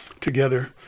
together